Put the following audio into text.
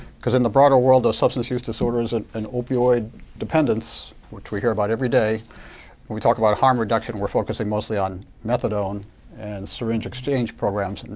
because in the broader world, the substance use disorders and and opioid dependence, which we hear about every day, when we talk about harm reduction, we're focusing mostly on methadone and syringe exchange programs. and